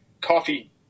coffee